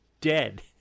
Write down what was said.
dead